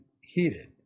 heated